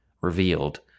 revealed